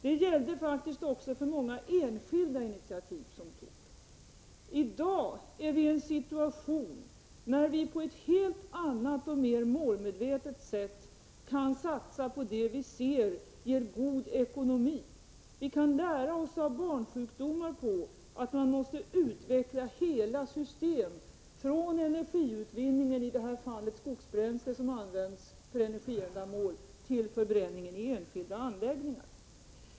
Det gällde faktiskt också för många enskilda initiativ som togs. I dag är vi i en situation när vi på ett helt annat och mer målmedvetet sätt kan satsa på det vi ser ger god ekonomi. Av barnsjukdomarna kan vi lära oss att vi måste utveckla hela system, från energiutvinningen — i detta fall skogsbränsle som används till energiändamål — till förbränningen i enskilda anläggningar.